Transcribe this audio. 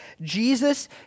Jesus